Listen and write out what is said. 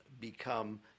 become